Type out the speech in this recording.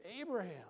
Abraham